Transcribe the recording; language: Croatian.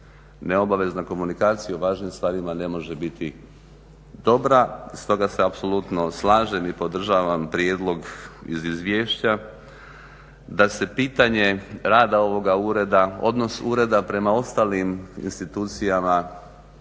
Neobavezna komunikacija u važnim stvarima ne može biti dobra. Stoga se apsolutno slažem i podržavam prijedlog iz izvješća da se pitanje rada ovoga ureda odnos ureda prema ostalim institucijama